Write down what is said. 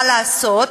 מה לעשות,